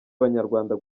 abanyarwanda